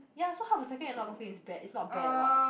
ya so half a second you're not talking is bad is not bad what